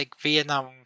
Vietnam